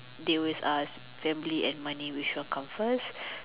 deal with family and money which one come first